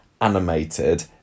animated